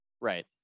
right